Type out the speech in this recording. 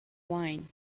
wine